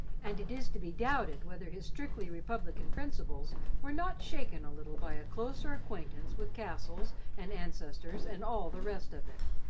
and it is to be doubted whether his strictly republican principles were not shaken a little by a closer acquaintance with castles and ancestors and all the rest of it.